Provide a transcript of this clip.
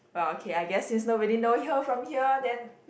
well okay I guess since nobody know here from here then